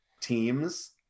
teams